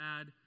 add